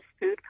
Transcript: food